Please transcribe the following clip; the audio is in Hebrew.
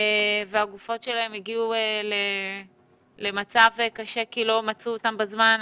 והגופות שלהם הגיעו למצב קשה כי לא מצאו אותם בזמן,